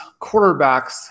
quarterbacks